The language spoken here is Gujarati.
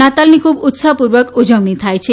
નાતાલની ખૂબ ઉત્સાહપૂર્વક ઉજવણી થાય છે